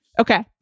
Okay